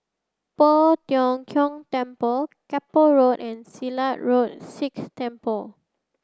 Poh Tiong Kiong Temple Keppel Road and Silat Road Sikh Temple